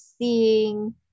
seeing